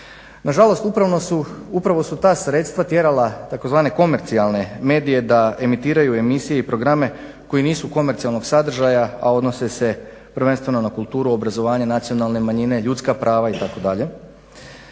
Nažalost upravo su ta sredstva tjerala tzv. komercijalne medije da emitiraju emisije i programe koji nisu komercijalnog sadržaja, a odnose se prvenstveno na kulturu, obrazovanje, nacionalne manjine, ljudska prava itd.